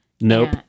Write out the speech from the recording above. Nope